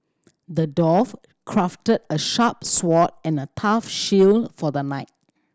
the dwarf crafted a sharp sword and a tough shield for the knight